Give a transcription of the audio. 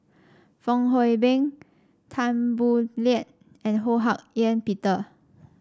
Fong Hoe Beng Tan Boo Liat and Ho Hak Ean Peter